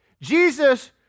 Jesus